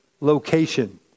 location